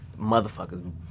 Motherfuckers